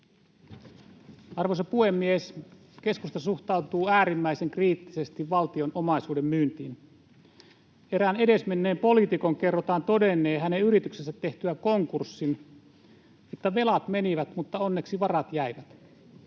Arvoisa puhemies! Keskusta suhtautuu äärimmäisen kriittisesti valtion omaisuuden myyntiin. Erään edesmenneen poliitikon kerrotaan todenneen hänen yrityksensä tehtyä konkurssin, että velat menivät mutta onneksi varat jäivät.